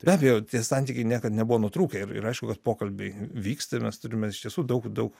be abejo tie santykiai niekad nebuvo nutrūkę ir ir aišku kad pokalbiai vyksta ir mes turime iš tiesų daug daug